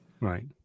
Right